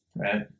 Right